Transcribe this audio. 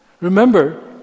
Remember